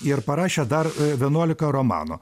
ir parašė dar vienuolika romanų